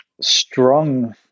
strong